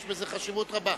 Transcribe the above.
יש בזה חשיבות רבה.